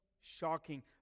shocking